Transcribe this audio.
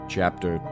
Chapter